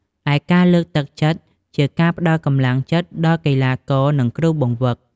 ឯការលើកទឹកចិត្ត៊ជាការ ផ្តល់កម្លាំងចិត្តដល់កីឡាករ និងគ្រូបង្វឹក។